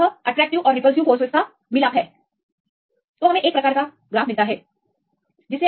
जैसा कि हमने चर्चा की कि यह आकर्षक और प्रतिकारक शक्तियों का एक संयोजन है तो हम इस तरह से एक ग्राफ प्राप्त करेंगे